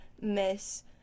miss